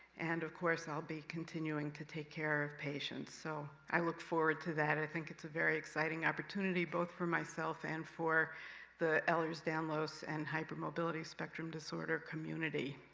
and of course, i'll be continuing to take care of patients. so, i look forward to that. i think it's a very exciting opportunity, both for myself, and for the ehlers-danlos and hypermobility spectrum disorder community.